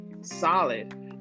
solid